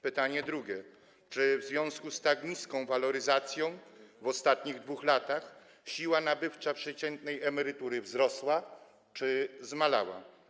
Pytanie drugie: Czy w związku z tak niską waloryzacją w ostatnich 2 latach siła nabywcza przeciętnej emerytury wzrosła, czy zmalała?